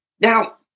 Now